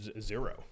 zero